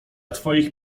twoich